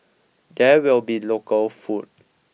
there will be local food